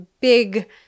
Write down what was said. big